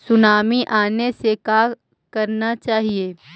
Tsunami आने से का करना चाहिए?